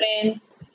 friends